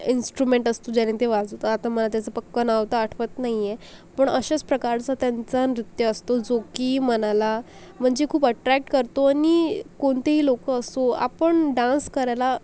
instrument असतो ज्याने ते वाजवतात आता मला त्याचं पक्कं नाव तर आठवत नाही आहे पण अशाच प्रकारचा त्यांचा नृत्य असतो जो की मनाला म्हणजे खूप अट्रॅक्ट करतो आणि कोणतेही लोक असो आपण डान्स करायला